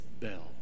bell